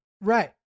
Right